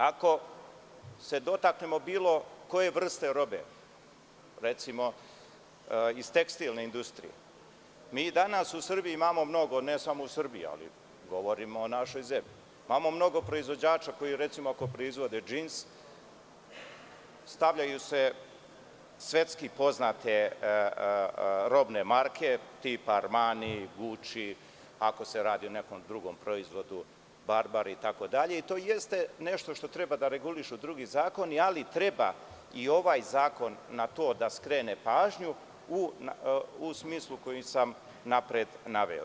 Ako se dotaknemo bilo koje vrste robe, recimo iz tekstilne industrije, mi danas u Srbiji imamo mnogo, ne samo u Srbiji, ali govorimo o našoj zemlji, proizvođača koji ako proizvode džins, stavljaju se svetski poznate robne marke, tipa „Armani, „Guči“, ako se radi o nekom drugom proizvodu „Barbari“ itd, i to jeste nešto što treba da regulišu drugi zakoni, ali treba i ovaj zakon na to da skrene pažnju, u smislu koji sam napred naveo.